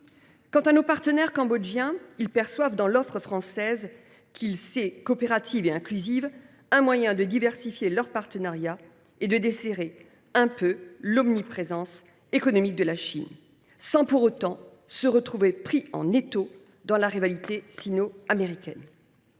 Quant à nos partenaires cambodgiens, ils perçoivent dans l’offre française, qu’ils savent coopérative et inclusive, un moyen de diversifier leurs partenariats et de desserrer un peu l’omniprésence économique de la Chine sans pour autant se retrouver pris en étau dans la rivalité sino américaine.